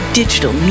digital